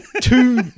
two